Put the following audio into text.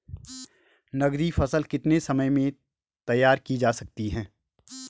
नगदी फसल कितने समय में तैयार की जा सकती है?